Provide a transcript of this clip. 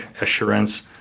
assurance